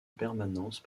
permanence